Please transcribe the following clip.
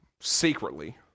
secretly